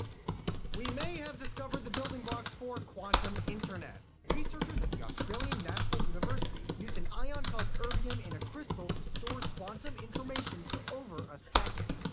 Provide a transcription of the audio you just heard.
we may have discovered the building blocks for quantum internet. researchers at the australian national university used an ion called erbium in a crystal to store quantum information for over a second.